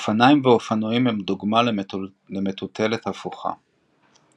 אופניים ואופנועים הם דוגמה למטוטלת הפוכה.